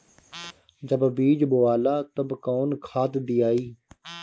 जब बीज बोवाला तब कौन खाद दियाई?